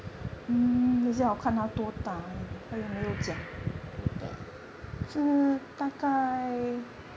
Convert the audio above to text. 多大 ah